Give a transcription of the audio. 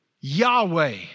Yahweh